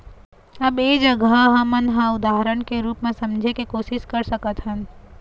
अब ऐ जघा हमन ह उदाहरन के रुप म समझे के कोशिस कर सकत हन